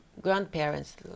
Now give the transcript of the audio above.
grandparents